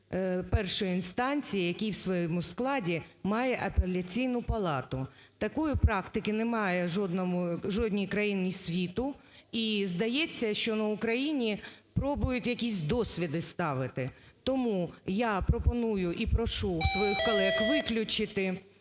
першої інстанції, який у своєму складі має апеляційну палату. Такої практики немає у жодній країні світу, і здається, що на Україні пробують якісь досвіди ставити. Тому я пропоную і прошу своїх колег виключити